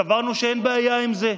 סברנו שאין בעיה עם זה.